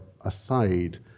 aside